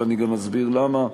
ואני גם אסביר למה.